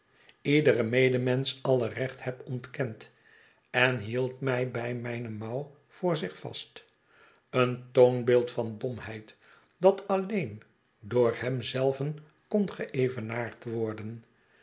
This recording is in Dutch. iederen medemensch alle recht heb ontkend en hield mij bij mijne mouw voor zich vast een toonbeeld van domheid dat alleen door hem zelven kon geevenaard worden